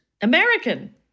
American